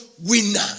winner